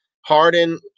Harden